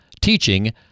teaching